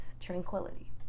tranquility